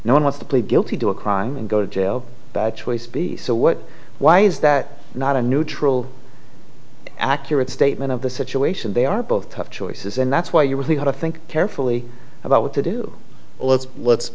no one wants to plead guilty to a crime and go to jail by choice b so what why is that not a neutral accurate statement of the situation they are both tough choices and that's why you really have to think carefully about what to do let's